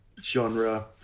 genre